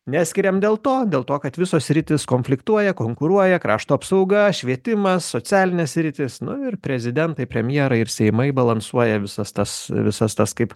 neskiriam dėl to dėl to kad visos sritys konfliktuoja konkuruoja krašto apsauga švietimas socialinė sritis nu ir prezidentai premjerai ir seimai balansuoja visas tas visas tas kaip